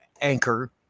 Anchor